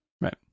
Right